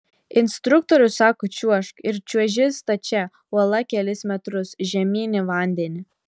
instruktorius sako čiuožk ir čiuoži stačia uola kelis metrus žemyn į vandenį